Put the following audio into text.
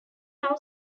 now